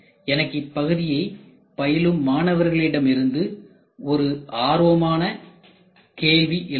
எனக்கு இப்பகுதியை பயிலும் மாணவர்களிடம் இருந்து ஒரு ஆர்வமான கேள்வி எழுந்தது